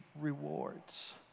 rewards